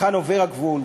היכן עובר הגבול,